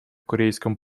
корейском